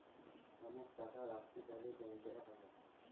অনেক টাকা রাখতে চাইলে ব্যাংকে রাখা যায়